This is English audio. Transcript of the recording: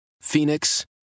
Phoenix